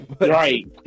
right